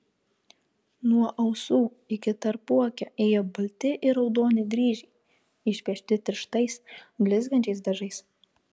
nuo ausų iki tarpuakio ėjo balti ir raudoni dryžiai išpiešti tirštais blizgančiais dažais